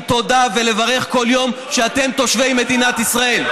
תודה ולברך כל יום שאתם תושבי מדינת ישראל.